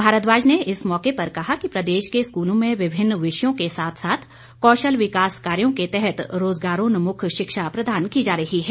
भारद्वाज ने इस मौके पर कहा कि प्रदेश के स्कूलों में विभिन्न विषयों के साथ साथ कौशल विकास कार्यों के तहत रोजगारोन्मुख शिक्षा प्रदान की जा रही है